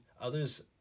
Others